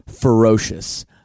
ferocious